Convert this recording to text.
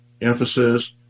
emphasis